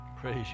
Praise